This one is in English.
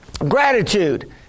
Gratitude